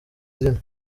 izina